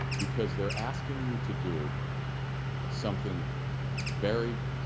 because they are asking you to do something very,